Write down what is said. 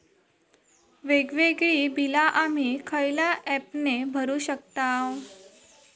वेगवेगळी बिला आम्ही खयल्या ऍपने भरू शकताव?